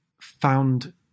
found